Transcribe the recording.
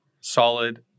solid